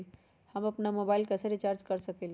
हम अपन मोबाइल कैसे रिचार्ज कर सकेली?